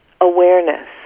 awareness